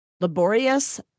laborious